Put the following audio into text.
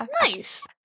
nice